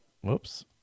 whoops